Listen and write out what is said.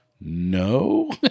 no